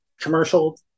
commercial